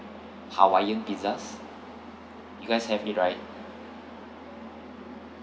hawaiian pizzas you guys have it right